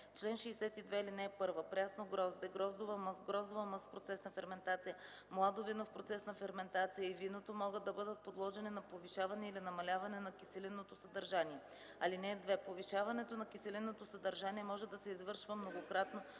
„Чл. 62. (1) Прясно грозде, гроздова мъст, гроздова мъст в процес на ферментация, младо вино в процес на ферментация и виното могат да бъдат подложени на повишаване или намаляване на киселинното съдържание. (2) Повишаването на киселинното съдържание може да се извършва многократно